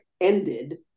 ended